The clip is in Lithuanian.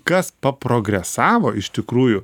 kas paprogresavo iš tikrųjų